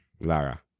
Lara